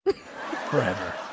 Forever